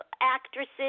actresses